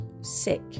sick